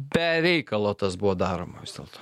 be reikalo tas buvo daroma vis dėlto